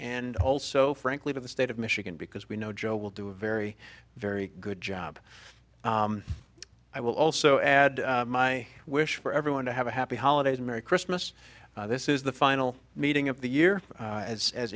and also frankly for the state of michigan because we know joe will do a very very good job i will also add my wish for everyone to have a happy holidays merry christmas this is the final meeting of the year